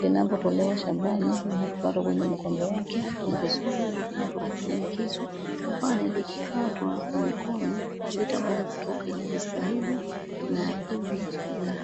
Linapotolewa shambani, linapokatwa kwenye mgomba wake, ni vizuri likatwe kwa kutumia kisu. Kwani likikatwa kwa mikono, halitaweza kutoka inavyostahili na hivi